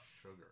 sugar